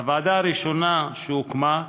הוועדה הראשונה שהוקמה,